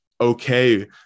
okay